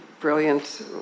Brilliant